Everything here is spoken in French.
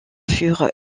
furent